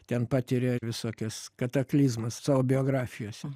ten patiria visokias kataklizmas savo biografijose